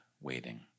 waiting